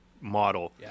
model